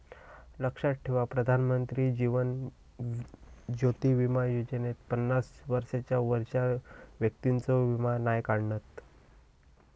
लक्षात ठेवा प्रधानमंत्री जीवन ज्योति बीमा योजनेत पन्नास वर्षांच्या वरच्या व्यक्तिंचो वीमो नाय काढणत